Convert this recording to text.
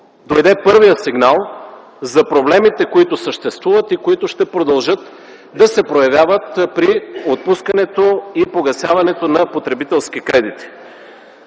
дойде първият сигнал за проблемите, които съществуват и които ще продължат да се проявяват при отпускането и погасяването на потребителски кредити.